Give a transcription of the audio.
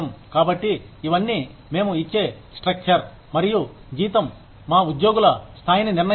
కాబట్టి ఇవన్నీ మేము ఇచ్చే స్ట్రక్చర్ మరియు జీతం మా ఉద్యోగుల స్థాయిని నిర్ణయిస్తాయి